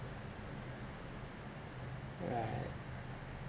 right